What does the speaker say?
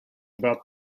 about